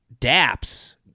Daps